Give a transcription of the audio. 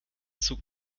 zug